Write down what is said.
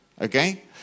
Okay